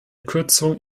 kürzung